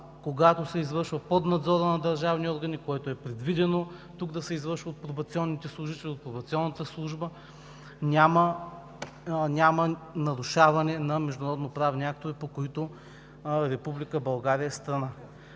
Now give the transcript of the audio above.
когато се извършва под надзора на държавни органи, което е предвидено тук да се извършва от пробационните служители, от пробационната служба, няма нарушаване на международноправни актове, по които Република България е страна.